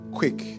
quick